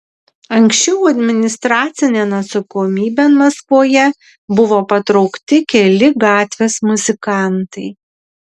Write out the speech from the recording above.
anksčiau administracinėn atsakomybėn maskvoje buvo patraukti keli gatvės muzikantai